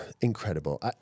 incredible